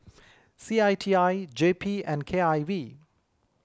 C I T I J P and K I V